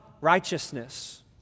righteousness